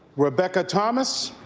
rebecca thomas